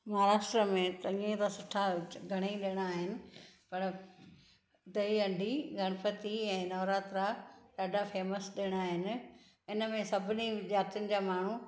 महाराष्ट्र में चङे त सुठा घणईं ॾिण आहिनि पर ॾही हाण्डी गणपति ऐं नवरात्रा ॾाढा फेमस ॾिण आहिनि इन में सभिनी जातियुनि जा माण्हू